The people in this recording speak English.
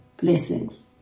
blessings